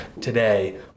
today